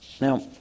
Now